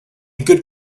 good